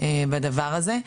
בדבר הזה.